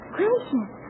Gracious